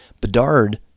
Bedard